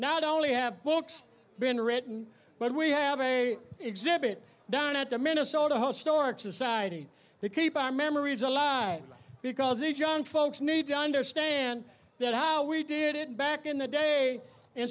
not only have books been written but we have a exhibit down at the minnesota historic society to keep our memories alive because these young folks need to understand that how we did it back in the day in